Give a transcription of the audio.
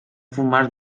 formar